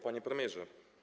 Panie Premierze!